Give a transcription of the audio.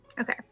Okay